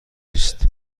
نیست